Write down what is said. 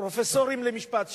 פרופסורים למשפט,